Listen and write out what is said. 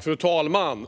Fru talman!